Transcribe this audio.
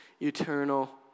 eternal